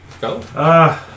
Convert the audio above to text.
Go